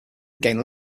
gained